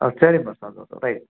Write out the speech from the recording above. ஆ சரிம்மா சந்தோஷம் ரைட்